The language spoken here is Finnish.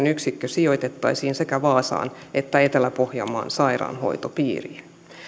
yksikkö sijoitettaisiin sekä vaasaan että etelä pohjanmaan sairaanhoitopiiriin